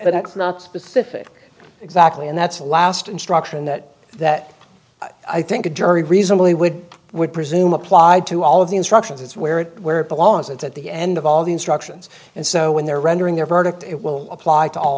it's not specific exactly and that's the last instruction that that i think a jury reasonably would would presume applied to all of the instructions it's where it where it belongs it's at the end of all the instructions and so when they're rendering their verdict it will apply to all